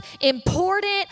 important